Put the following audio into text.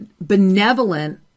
benevolent